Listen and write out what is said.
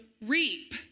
reap